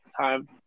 time